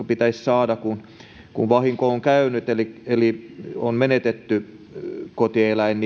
pitäisi saada kun vahinko on käynyt eli eli on menetetty kotieläin